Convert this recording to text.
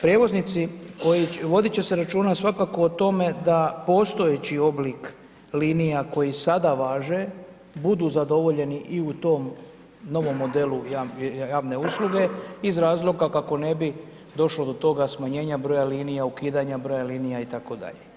Prijevoznici, voditi će se računa, svakako o tome, da postojeći oblik linija koje sada važe, budu zadovoljeni i u tom novom modelu javne usluge, iz razloga kako ne bi došlo do toga smanjenja broja linija, ukidanja broja linija itd.